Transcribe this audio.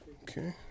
Okay